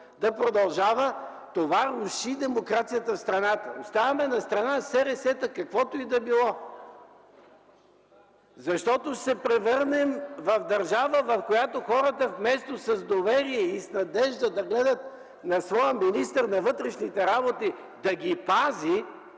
да продължава! Това руши демокрацията в страната. Оставяме настрана СРС-та, каквото и да било, защото ще се превърнем в държава, в която хората вместо с доверие и с надежда да гледат на своя министър на вътрешните работи – да ги пази,